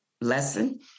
lesson